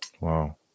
Wow